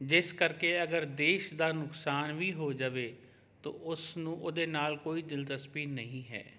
ਜਿਸ ਕਰਕੇ ਅਗਰ ਦੇਸ਼ ਦਾ ਨੁਕਸਾਨ ਵੀ ਹੋ ਜਾਵੇ ਤੋ ਉਸ ਨੂੰ ਉਹਦੇ ਨਾਲ ਕੋਈ ਦਿਲਚਸਪੀ ਨਹੀਂ ਹੈ